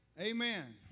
Amen